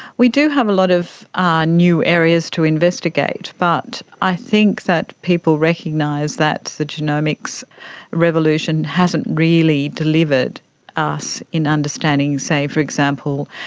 we do have a lot of ah new areas to investigate, but i think that people recognise that the genomics revolution hasn't really delivered us in understanding, say for example,